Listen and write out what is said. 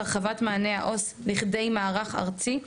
הרחבת מענה העו״ס לכדי מערך ארצי,